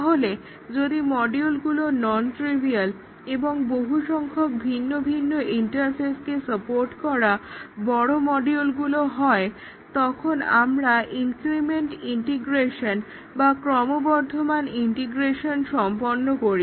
তাহলে যদি মডিউলগুলো নন ট্রিভিয়াল এবং বহু সংখ্যক ভিন্ন ভিন্ন ইন্টারফেসকে সাপোর্ট করা বড় মডিউলগুলো হয় তখন আমরা ইনক্রিমেন্ট ইন্টিগ্রেশন বা ক্রমবর্ধমান ইন্টিগ্রেশন সম্পন্ন করি